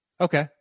Okay